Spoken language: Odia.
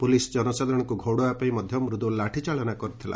ପୁଲିସ ଜନସାଧାରଶଙ୍କୁ ଘଉଡାଇବା ପାଇଁ ମଧ୍ଧ ମୃଦ୍ଧ୍ ଲାଠିଚାଳନା କରାଯାଇଥିଲା